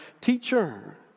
teacher